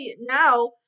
now